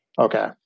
okay